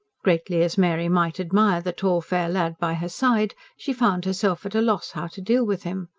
greatly as mary might admire the tall fair lad by her side, she found herself at a loss how to deal with him,